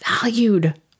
valued